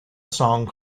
song